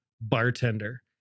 bartender